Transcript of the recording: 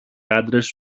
άντρες